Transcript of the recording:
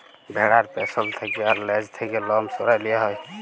ভ্যাড়ার পেছল থ্যাকে আর লেজ থ্যাকে লম সরাঁয় লিয়া হ্যয়